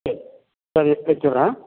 சரி சரி வச்சுவிடுறன்